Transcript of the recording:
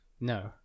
no